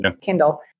Kindle